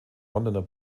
londoner